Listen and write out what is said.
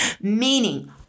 meaning